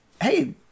hey